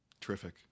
Terrific